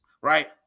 right